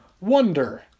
Wonder